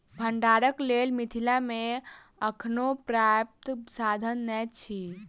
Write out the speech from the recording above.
भंडारणक लेल मिथिला मे अखनो पर्याप्त साधन नै अछि